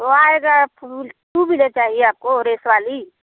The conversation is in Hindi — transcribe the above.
वो आएगा फूल टू व्हीलर चाहिए आपको रेस वाली